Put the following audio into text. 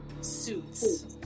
suits